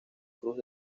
cruz